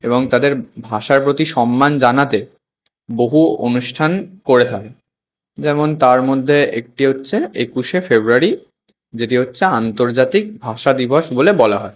এবং তাদের ভাষার প্রতি সম্মান জানাতে বহু অনুষ্ঠান করে থাকে যেমন তার মধ্যে একটি হচ্ছে একুশে ফেব্রুয়ারি যেটি হচ্ছে আন্তর্জাতিক ভাষা দিবস বলে বলা হয়